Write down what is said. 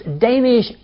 Danish